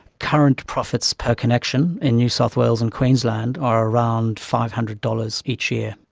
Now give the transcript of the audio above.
current profits per connection in new south wales and queensland are around five hundred dollars each year.